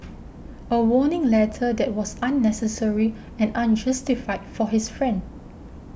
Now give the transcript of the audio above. a warning letter that was unnecessary and unjustified for his friend